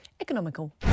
economical